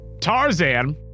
Tarzan